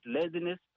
laziness